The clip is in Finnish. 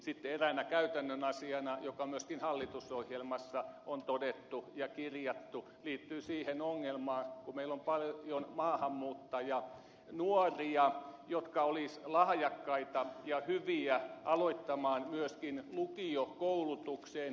sitten eräs käytännön asia joka myöskin hallitusohjelmassa on todettu ja kirjattu liittyy siihen ongelmaan kun meillä on paljon maahanmuuttajanuoria jotka olisivat lahjakkaita ja hyviä aloittamaan myöskin lukiokoulutuksen